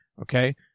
okay